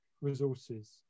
resources